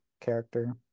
character